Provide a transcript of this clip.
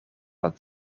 het